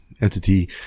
entity